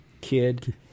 kid